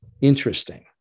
interesting